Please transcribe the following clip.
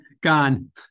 gone